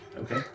Okay